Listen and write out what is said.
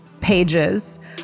pages